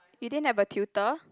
you didn't have a tutor